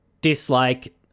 dislike